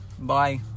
Bye